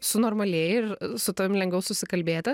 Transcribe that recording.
sunormalėji ir su tavim lengviau susikalbėti